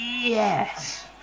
yes